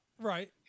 Right